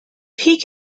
peak